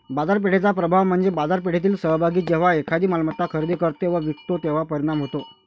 बाजारपेठेचा प्रभाव म्हणजे बाजारपेठेतील सहभागी जेव्हा एखादी मालमत्ता खरेदी करतो व विकतो तेव्हा परिणाम होतो